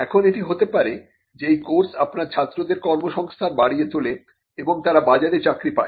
এখন এটি হতে পারে যে এই কোর্স আপনার ছাত্রদের কর্মসংস্থান বাড়িয়ে তোলে এবং তারা বাজারে চাকরি পায়